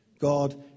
God